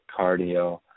cardio